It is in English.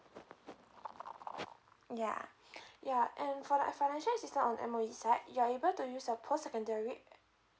ya ya and for that finance assistance on M_O_E side you're able to use a post secondary